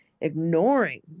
ignoring